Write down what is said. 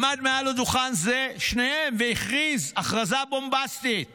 הוא עמד מעל הדוכן והכריז הכרזה בומבסטית